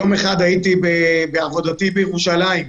יום אחד הייתי בעבודתי בירושלים,